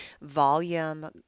volume